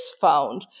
found